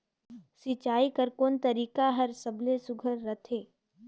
सिंचाई कर कोन तरीका हर सबले सुघ्घर रथे?